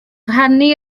rhannu